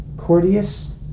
courteous